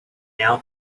now